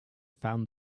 found